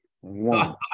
one